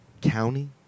County